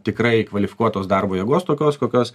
tikrai kvalifikuotos darbo jėgos tokios kokios